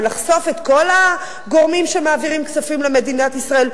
ולחשוף את כל הגורמים שמעבירים כספים למדינת ישראל,